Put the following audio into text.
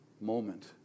moment